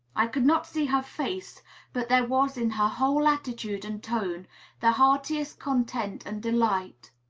i could not see her face but there was in her whole attitude and tone the heartiest content and delight.